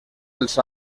els